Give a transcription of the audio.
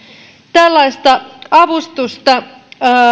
tällaista avustusta